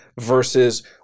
versus